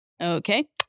Okay